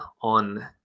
on